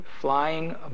Flying